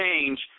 change